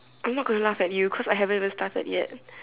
I'm not gonna laugh at you cause I haven't even started yet